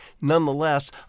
Nonetheless